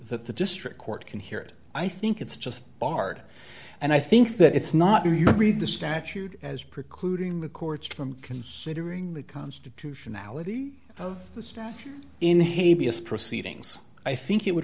that the district court can hear it i think it's just hard and i think that it's not read the statute as precluding the courts from considering the constitutionality of the stuff in haiti as proceedings i think it would